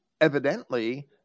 evidently